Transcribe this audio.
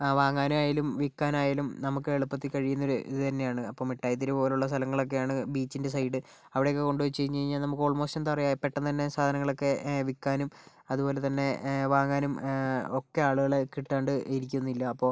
വാങ്ങാനായാലും വിൽക്കാനായാലും നമുക്കെളുപ്പത്തിൽ കഴിയുന്നൊരു ഇത് തന്നെയാണ് അപ്പോൾ മിഠായിത്തെരുവ് പോലുള്ള സ്ഥലങ്ങളൊക്കെയാണ് ബീച്ചിന്റെ സൈഡ് അവിടൊക്കെ കൊണ്ടു വെച്ചുകഴിഞ്ഞ് കഴിഞ്ഞാൽ നമുക്ക് ഓൾമോസ്റ്റ് എന്താ പറയുക പെട്ടെന്ന് തന്നെ സാധനങ്ങളൊക്കെ വിൽക്കാനും അതുപോലെതന്നെ വാങ്ങാനും ഒക്കെ ആളുകളെ കിട്ടാണ്ട് ഇരിക്കുന്നില്ല അപ്പോൾ